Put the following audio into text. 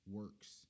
works